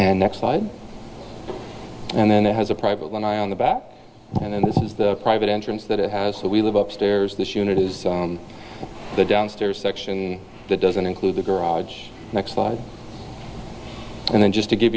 slide and then it has a private one on the back and this is the private entrance that it has so we live upstairs this unit is the downstairs section that doesn't include the garage next slide and then just to give